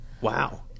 Wow